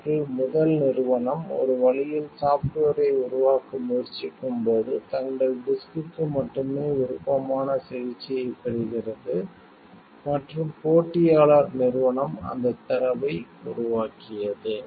அவர்கள் முதல் நிறுவனம் ஒரு வழியில் சாஃப்ட்வேரை உருவாக்க முயற்சிக்கும்போது தங்கள் டிஸ்க் க்கு மட்டுமே விருப்பமான சிகிச்சையைப் பெறுகிறது மற்றும் போட்டியாளர் நிறுவனம் அந்தத் தரவை உருவாக்கியது